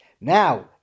Now